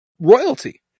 royalty